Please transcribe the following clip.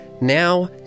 Now